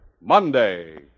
Monday